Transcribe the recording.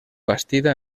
bastida